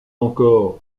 encore